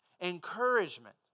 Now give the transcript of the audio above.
Encouragement